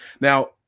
Now